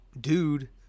dude